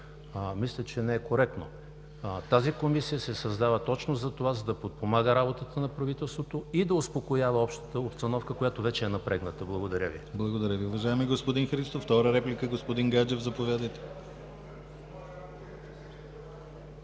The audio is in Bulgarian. мисля, че не е коректно. Тази Комисия се създава точно за това, за да подпомага работата на правителството и да успокоява общата обстановка, която вече е напрегната. Благодаря Ви. ПРЕДСЕДАТЕЛ ДИМИТЪР ГЛАВЧЕВ: Благодаря Ви, уважаеми господин Христов. Втора реплика? Господин Гаджев, заповядайте.